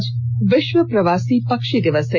आज विश्व प्रवासी पक्षी दिवस है